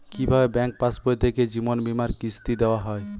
কি ভাবে ব্যাঙ্ক পাশবই থেকে জীবনবীমার কিস্তি দেওয়া হয়?